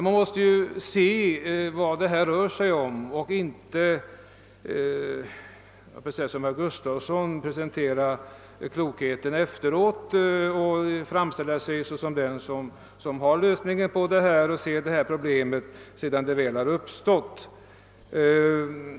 Man måste emellertid förstå vad det här rör sig om och inte, höll jag på att säga, som herr Gustafsson i Skellefteå framställa sig såsom den som representerar klokheten och har lösningen på problemet — sedan det väl har uppstått.